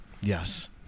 Yes